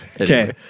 Okay